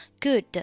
Good